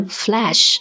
flash